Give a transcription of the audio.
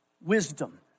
wisdom